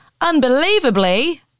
unbelievably